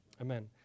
Amen